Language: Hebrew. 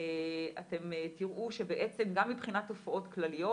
אתם תראו שבעצם גם מבחינת תופעות כלליות,